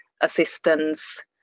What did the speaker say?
assistance